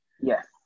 Yes